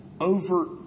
over